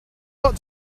got